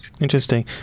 interesting